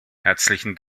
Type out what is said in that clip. herzlichen